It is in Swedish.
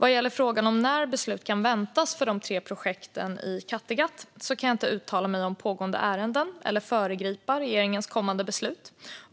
Vad gäller frågan när beslut kan väntas för de tre projekten i Kattegatt kan jag inte uttala mig om pågående ärenden eller föregripa regeringens kommande beslut.